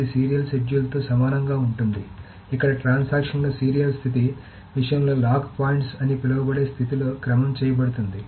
ఇది సీరియల్ షెడ్యూల్తో సమానంగా ఉంటుంది ఇక్కడ ట్రాన్సాక్షన్ ల సీరియల్ స్థితి విషయంలో లాక్ పాయింట్స్ అని పిలువబడే స్థితి లో క్రమం చేయబడుతుంది